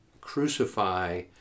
crucify